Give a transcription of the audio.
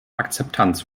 akzeptanz